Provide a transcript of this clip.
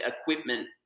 equipment